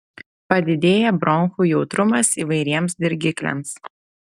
padidėja bronchų jautrumas įvairiems dirgikliams